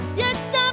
yes